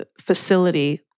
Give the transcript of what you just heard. facility